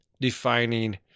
Defining